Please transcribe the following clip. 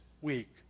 week